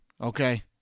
okay